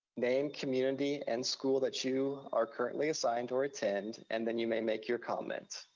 name, community, and school that you are currently assigned or attend, and then you may make your comment.